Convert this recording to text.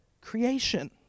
creation